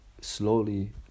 slowly